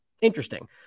Interesting